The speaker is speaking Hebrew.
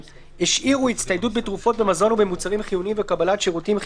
הצטיידות בתרופות, במזון ובמוצרים חיוניים